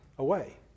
away